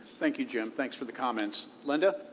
thank you, jim. thanks for the comments. linda?